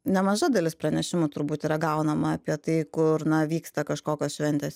nemaža dalis pranešimų turbūt yra gaunama apie tai kur na vyksta kažkokios šventės